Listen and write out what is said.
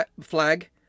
flag